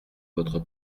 votre